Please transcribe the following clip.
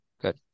good